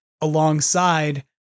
alongside